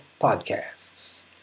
Podcasts